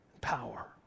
power